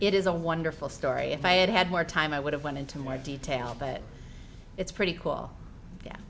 it is a wonderful story if i had had more time i would have went into more detail but it's pretty cool